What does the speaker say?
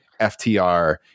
FTR